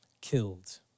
killed